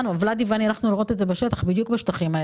ולדימיר ואני הלכנו לראות את זה בשטח, מה עושים?